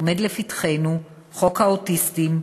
עומד לפתחנו חוק האוטיסטים,